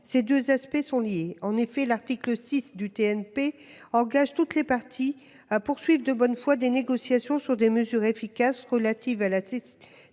Les deux questions sont liées. En effet, l'article VI du TNP engage toutes les parties « à poursuivre de bonne foi des négociations sur des mesures efficaces relatives à la